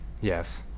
Yes